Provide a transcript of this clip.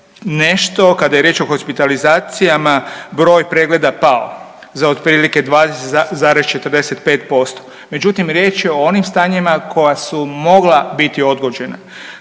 nešto, kada je riječ o hospitalizacijama broj pregleda pao za otprilike 20,45%. Međutim, riječ je o onim stanjima koja su mogla biti odgođena.